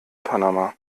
panama